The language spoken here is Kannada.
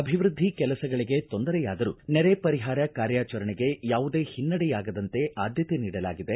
ಅಭಿವೃದ್ಧಿ ಕೆಲಸಗಳಿಗೆ ತೊಂದರೆಯಾದರೂ ನೆರೆ ಪರಿಹಾರ ಕಾರ್ಯಾಚರಣೆಗೆ ಯಾವುದೇ ಹಿನ್ನಡೆಯಾಗದಂತೆ ಆದ್ದತೆ ನೀಡಲಾಗಿದೆ